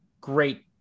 great